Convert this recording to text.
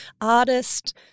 artist